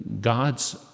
God's